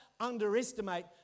underestimate